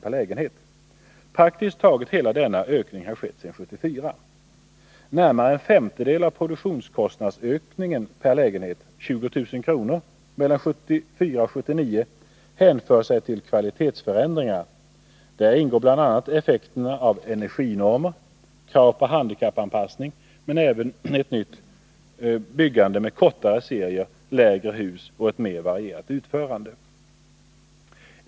per lägenhet. Praktiskt taget hela denna ökning har skett sedan 1974. Närmare en femtedel av produktionskostnadsökningen per lägenhet, 20 000 kr., mellan 1974 och 1979 hänför sig till kvalitetsförändringar. Där ingår bl.a. effekterna av energinormer, kravet på handikappanpassning men även ett nytt byggande med kortare serier, lägre hus och ett mer varierat utförande.